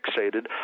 fixated